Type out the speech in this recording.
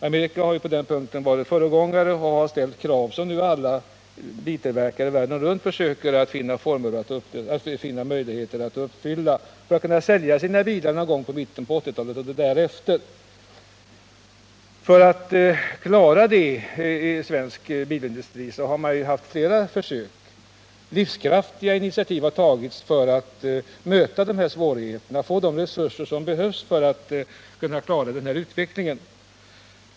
Amerika har på den punkten varit föregångare och ställt upp krav som alla biltillverkare världen runt försöker finna möjligheter att uppfylla, så att de kan sälja sina bilar någon gång i mitten på 1980-talet och därefter. Inom svensk bilindustri har man på samma sätt tagit flera livskraftiga initiativ för att kunna bemästra de framtida svårigheterna och för att skapa nödvändiga resurser för att klara den kommande utvecklingen.